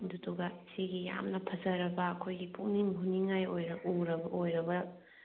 ꯑꯗꯨꯗꯨꯒ ꯁꯤꯒꯤ ꯌꯥꯝꯅ ꯐꯖꯔꯕ ꯑꯩꯈꯣꯏꯒꯤ ꯄꯨꯛꯅꯤꯡ ꯍꯨꯅꯤꯡꯉꯥꯏ ꯑꯣꯏꯅ ꯑꯣꯏꯔꯕ